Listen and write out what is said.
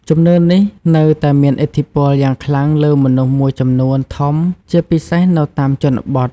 ជំនឿនេះនៅតែមានឥទ្ធិពលយ៉ាងខ្លាំងលើមនុស្សមួយចំនួនធំជាពិសេសនៅតាមជនបទ។